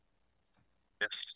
Yes